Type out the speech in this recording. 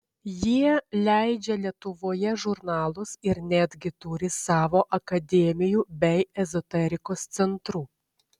jie leidžia lietuvoje žurnalus ir netgi turi savo akademijų bei ezoterikos centrų